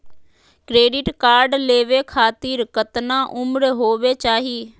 Credit card लेवे खातीर कतना उम्र होवे चाही?